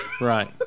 Right